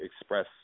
express